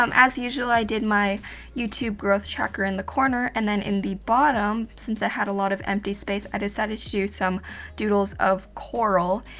um as usual, i did my youtube growth checker in the corner, and then in the bottom, since i had a lot of empty space, i decided to do some doodles of coral,